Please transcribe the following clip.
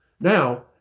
Now